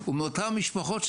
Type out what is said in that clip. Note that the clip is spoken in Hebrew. הוא מאותן משפחות שסובלות.